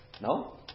No